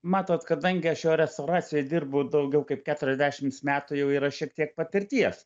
matot kadangi aš jau restauracijoj dirbu daugiau kaip keturiasdešimts metų jau yra šiek tiek patirties